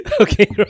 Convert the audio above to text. okay